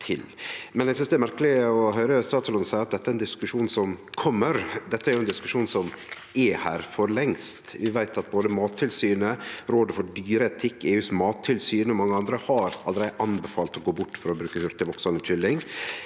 til. Eg synest det er merkeleg å høyre statsråden seie at dette er ein diskusjon som kjem. Dette er jo ein diskusjon som er her for lengst. Vi veit at både Mattilsynet, Rådet for dyreetikk, mattilsynet til EU og mange andre allereie har anbefalt å gå bort frå å bruke hurtigveksande kylling.